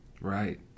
Right